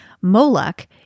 Moloch